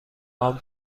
هام